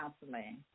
counseling